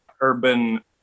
urban